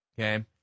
Okay